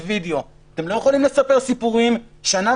אתם לא יכולים לספר סיפורים אחרי שנה